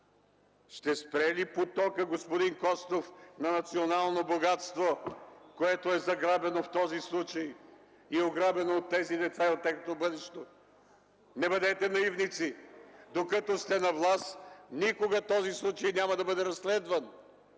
Ще спре ли потока, господин Костов, на национално богатство, което е заграбено в този случай и е ограбено от тези деца и от тяхното бъдеще? Не бъдете наивници! Докато сте на власт никога този случай няма да бъде разследван,